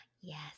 Yes